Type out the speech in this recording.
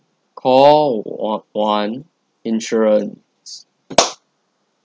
call one one insurance